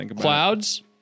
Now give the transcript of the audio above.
Clouds